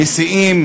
נשיאים